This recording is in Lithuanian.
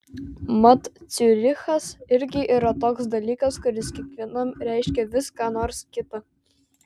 mat ciurichas irgi yra toks dalykas kuris kiekvienam reiškia vis ką nors kita